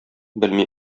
белми